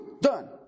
done